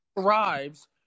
thrives